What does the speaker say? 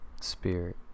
spirit